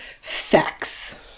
Facts